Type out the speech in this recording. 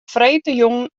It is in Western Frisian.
freedtejûn